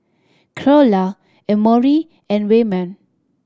Creola Emory and Wayman